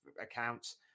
accounts